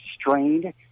strained